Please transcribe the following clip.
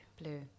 Blue